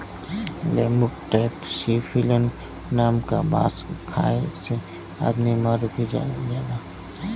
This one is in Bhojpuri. लेमुर टैक्सीफिलिन नाम क बांस खाये से आदमी मर भी जाला